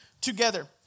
together